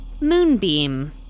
Moonbeam